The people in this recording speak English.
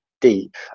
deep